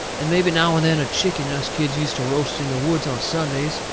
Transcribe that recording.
and mebby now and then a chicken us kids use to roast in the woods on sundays,